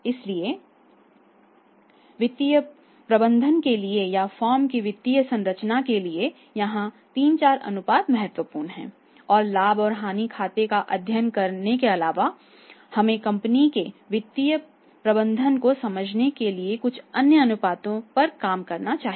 इसलिए वित्तीय प्रबंधन के लिए या फर्म की वित्तीय संरचना के लिए यहां 3 4 अनुपात महत्वपूर्ण हैं और लाभ और हानि खाते का अध्ययन करने के अलावा हमें कंपनी के वित्तीय प्रबंधन को समझने के लिए कुछ अन्य अनुपातों पर काम करना चाहिए